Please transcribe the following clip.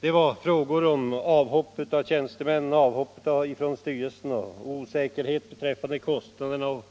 Det var frågor om avhopp av tjänstemän, avhopp från styrelsen, osäkerhet beträffande kostnaderna,